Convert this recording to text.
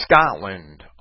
Scotland